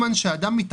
כשאת חותמת על דבר כזה,